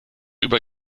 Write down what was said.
über